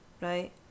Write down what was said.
right